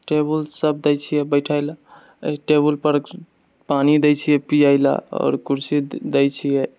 table सब दए छिये बैठे ले अहि टेबुल पर पानि देइ छिऐ पिबए लए आओर कुर्सी दए छिऐ